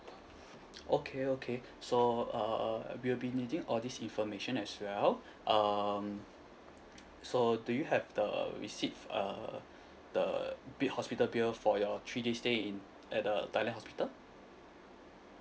okay okay so uh we'll be needing all this information as well um so do you have the receipt uh the big hospital bill for your three day stay in at the thailand hospital